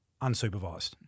unsupervised